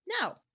No